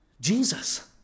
Jesus